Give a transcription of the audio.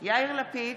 יאיר לפיד,